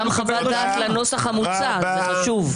וגם חוות דעת לנוסח המוצע, זה חשוב.